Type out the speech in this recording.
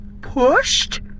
Pushed